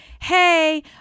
hey